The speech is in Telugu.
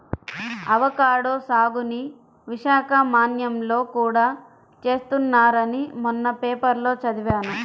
అవకాడో సాగుని విశాఖ మన్యంలో కూడా చేస్తున్నారని మొన్న పేపర్లో చదివాను